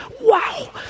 Wow